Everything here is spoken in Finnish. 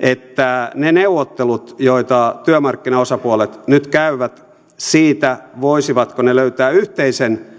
että ne neuvottelut joita työmarkkinaosapuolet nyt käyvät siitä voisivatko ne löytää yhteisen